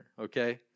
okay